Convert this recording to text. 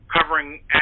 covering